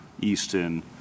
Easton